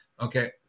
Okay